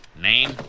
Name